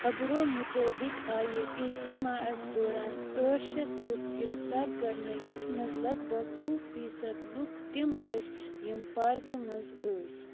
خبرو مُطٲبِق آیہِ اِجتِماس دوران ٲٹھ شَتھ لُکھ گِرفتار کرنہٕ یتھ منٛز لگ بگ وُہ فیٖصد لُکھ تِم ٲسۍ یِم پارکہِ منٛز ٲسۍ